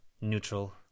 neutral